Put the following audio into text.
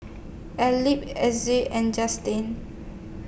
Elbert Essa and Justyn